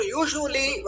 usually